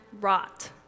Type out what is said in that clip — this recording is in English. rot